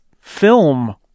film